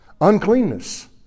Uncleanness